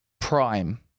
Prime